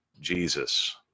Jesus